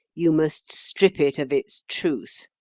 you must strip it of its truth'?